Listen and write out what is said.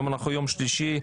היום יום שלישי,